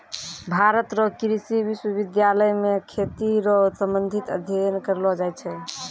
भारत रो कृषि विश्वबिद्यालय मे खेती रो संबंधित अध्ययन करलो जाय छै